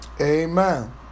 Amen